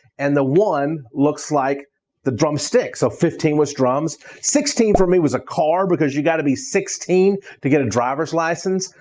and the one looks like the drumstick. so fifteen was drums. sixteen for me was a car, because you've got to be sixteen to get a driver's license.